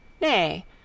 Nay